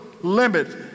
limit